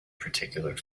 particular